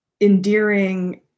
endearing